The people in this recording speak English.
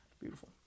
Beautiful